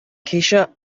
ceisio